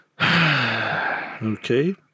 Okay